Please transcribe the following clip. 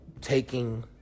taking